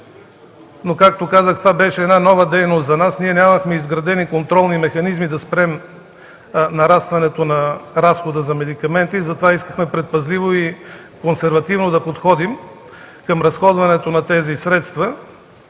лв. Както казах, това беше нова дейност за нас, ние нямахме изградени контролни механизми да спрем нарастването на разхода за медикаменти, затова искахме предпазливо и консервативно да подходим към разходването на тези средства.